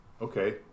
okay